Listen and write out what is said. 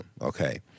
okay